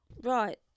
Right